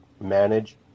manage